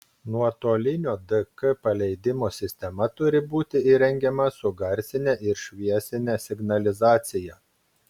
nuotolinio dk paleidimo sistema turi būti įrengiama su garsine ir šviesine signalizacija